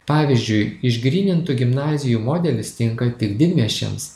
pavyzdžiui išgrynintų gimnazijų modelis tinka tik didmiesčiams